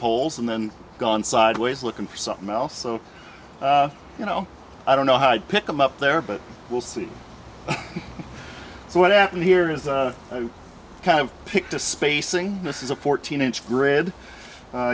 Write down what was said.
poles and then gone sideways looking for something else so you know i don't know how i'd pick them up there but we'll see what happened here is kind of picked a spacing this is a fourteen inch grid